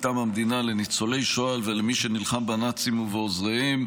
מטעם המדינה לניצולי שואה ולמי שנלחם בנאצים ובעוזריהם,